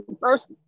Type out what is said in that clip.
first